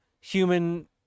human